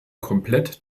komplett